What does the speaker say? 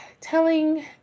Telling